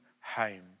home